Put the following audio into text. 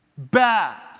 bad